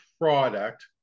product